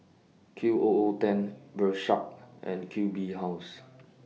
Q O O ten Bershka and Q B House